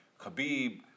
Khabib